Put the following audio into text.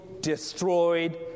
destroyed